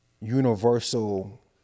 universal